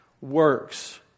works